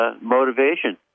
motivation